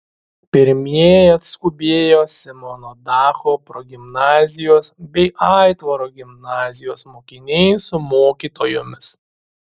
pirmieji atskubėjo simono dacho progimnazijos bei aitvaro gimnazijos mokiniai su mokytojomis